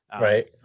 Right